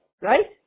right